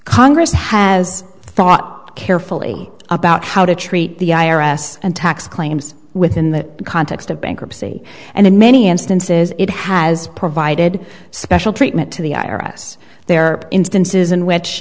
congress has thought carefully about how to treat the i r s and tax claims within the context of bankruptcy and in many instances it has provided special treatment to the i r s there are instances in which